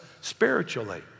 spiritually